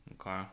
okay